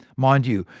mind you,